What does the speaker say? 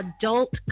adult